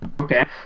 Okay